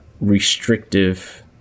restrictive